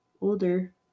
older